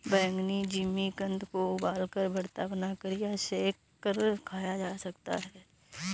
बैंगनी जिमीकंद को उबालकर, भरता बनाकर या सेंक कर खाया जा सकता है